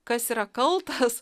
kas yra kaltas